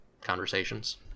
conversations